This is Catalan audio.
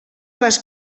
les